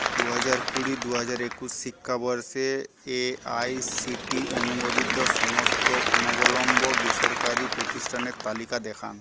দুহাজার কুড়ি দুহাজার একুশ শিক্ষাবর্ষে এ আই সি টি ই অনুমোদিত সমস্ত অনবলম্ব বেসরকারি প্রতিষ্ঠানের তালিকা দেখান